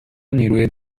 نیروی